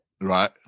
Right